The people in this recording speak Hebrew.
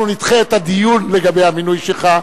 אנחנו נדחה את הדיון לגבי המינוי שלך,